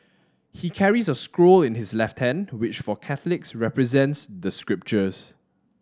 he carries a scroll in his left hand which for Catholics represents the scriptures